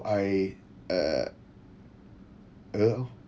I err uh loh